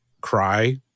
cry